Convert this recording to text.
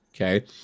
Okay